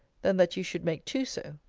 than that you should make two so.